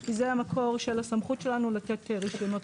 כי זה המקור של הסמכות שלנו לתת רישיונות היום.